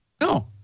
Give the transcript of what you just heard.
No